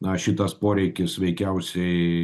na šitas poreikis veikiausiai